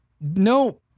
no